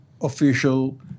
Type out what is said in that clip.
official